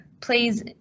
please